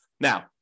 Now